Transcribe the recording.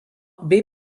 bei